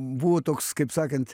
buvo toks kaip sakant